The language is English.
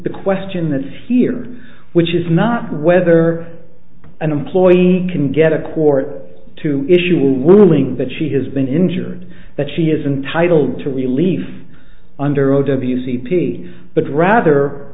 the question that's here which is not whether an employee can get a court to issue a ruling that she has been injured that she isn't titled to relief under o w c p but rather